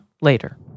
later